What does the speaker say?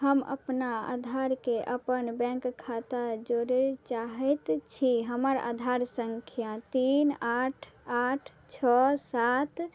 हम अपना आधारकेँ अपन बैँक खाता जोड़ै चाहै छी हमर आधार सँख्या तीन आठ आठ छओ सात